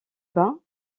bas